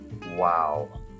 wow